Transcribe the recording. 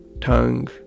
tongue